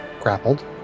grappled